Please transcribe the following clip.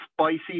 spicy